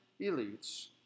elites